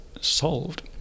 solved